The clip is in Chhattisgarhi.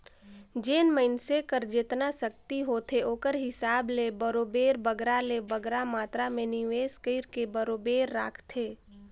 जेन मइनसे कर जेतना सक्ति होथे ओकर हिसाब ले बरोबेर बगरा ले बगरा मातरा में निवेस कइरके बरोबेर राखथे